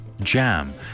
jam